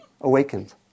awakened